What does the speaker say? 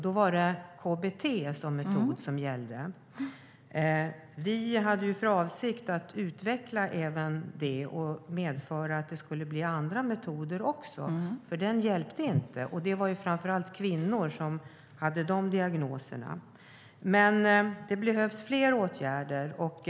Då var det KBT som metod som gällde. Vi hade för avsikt att utveckla även det och även att det skulle bli andra metoder också, för den hjälpte inte. Det var framför allt kvinnor som hade sådana diagnoser. Det behövs fler åtgärder.